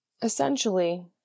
Essentially